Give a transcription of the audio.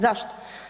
Zašto?